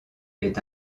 est